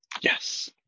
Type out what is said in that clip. Yes